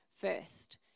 first